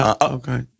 Okay